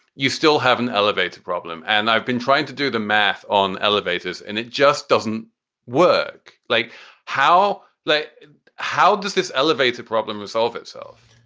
you still have an elevator problem. and i've been trying to do the math on elevators and it just doesn't work. like how like how does this elevator problem resolve itself?